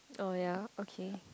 oh ya okay